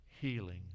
healing